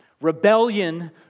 Rebellion